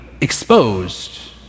exposed